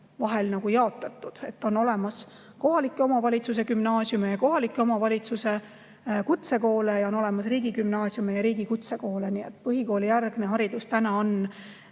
vahel jaotatud. On olemas kohaliku omavalitsuse gümnaasiume ja kohaliku omavalitsuse kutsekoole ja on olemas riigigümnaasiume ja riigi kutsekoole. Nii et põhikoolijärgne haridus on